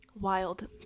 Wild